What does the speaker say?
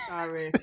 Sorry